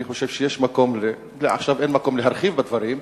אני חושב שיש מקום, עכשיו אין מקום להרחיב בדברים,